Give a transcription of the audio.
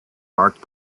marked